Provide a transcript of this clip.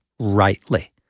rightly